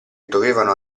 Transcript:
dovevano